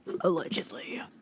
Allegedly